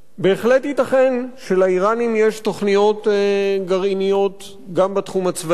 בהחלט ייתכן שלאירנים יש תוכניות גרעיניות גם בתחום הצבאי.